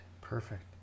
Perfect